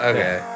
Okay